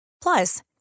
Plus